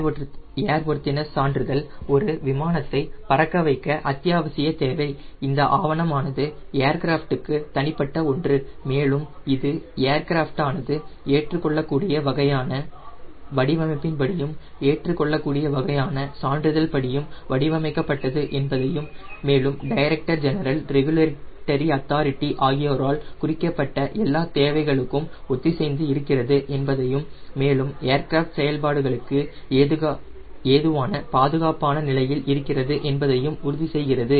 C of A airworthiness சான்றிதழ் ஒரு விமானத்தை பறக்க வைக்க அத்தியாவசிய தேவை இந்த ஆவணம் ஆனது ஏர்கிராஃப்ட்க்கு தனிப்பட்ட ஒன்று மேலும் இது ஏர்கிராஃப்ட் ஆனது ஏற்றுக்கொள்ளக்கூடிய வகையான வடிவமைப்பின் படியும் ஏற்றுக்கொள்ளக்கூடிய வகையான சான்றிதழ் படியும் வடிவமைக்கப்பட்டது என்பதையும் மேலும் டைரக்டர் ஜெனரல் ரெகுலேட்டரி அத்தாரிட்டி ஆகியோரால் குறிப்பிடப்பட்ட எல்லா தேவைகளுக்கும் ஒத்திசைந்து இருக்கிறது என்பதையும் மேலும் ஏர்கிராஃப்ட் செயல்பாடுகளுக்கு ஏதுவான பாதுகாப்பான நிலையில் இருக்கிறது என்பதையும் உறுதி செய்கிறது